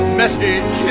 message